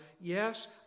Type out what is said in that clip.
Yes